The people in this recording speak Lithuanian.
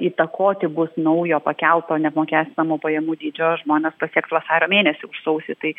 įtakoti bus naujo pakelto neapmokestinamų pajamų dydžio žmones pasieks vasario mėnesį už sausį tai